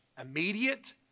immediate